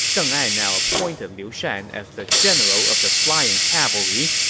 deng ai now appointed liu shan as the general of the flying cavalry,